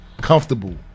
comfortable